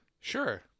sure